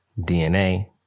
DNA